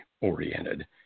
oriented